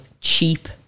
cheap